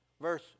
Verse